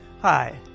Hi